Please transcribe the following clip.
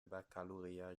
baccalauréat